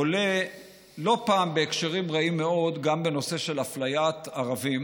עולה לא פעם בהקשרים רעים מאוד גם בנושא של אפליית ערבים